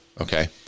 okay